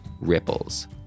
ripples